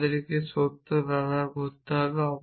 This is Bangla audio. আমাদেরকে সত্য ব্যবহার করতে হবে